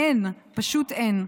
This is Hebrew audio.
אין, פשוט אין.